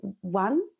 one